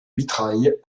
mitraille